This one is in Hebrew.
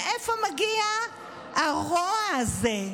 מאיפה מגיע הרוע הזה?